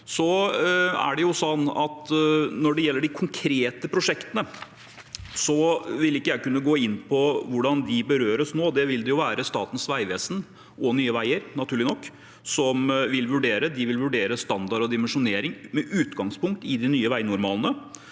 Når det gjelder de konkrete prosjektene, vil ikke jeg kunne gå inn på hvordan de berøres nå. Det vil det være Statens vegvesen og Nye veier, naturlig nok, som vil vurdere. De vil vurdere standard og dimensjonering med utgangspunkt i de nye veinormalene.